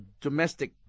domestic